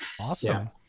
Awesome